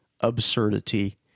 absurdity